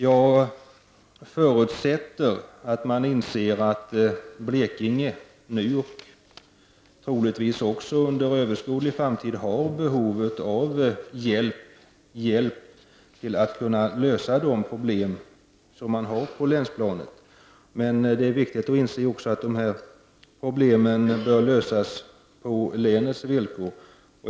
Jag förutsätter att man inser att Blekinge nu och troligtvis även under en överskådlig framtid har behov av hjälp för att kunna lösa de problem som finns på länsplanet. Men det är viktigt att inse att dessa problem bör lösas på länets villkor.